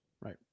Right